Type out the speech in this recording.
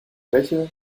bäche